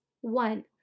One